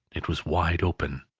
it was wide open.